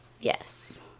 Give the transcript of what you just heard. Yes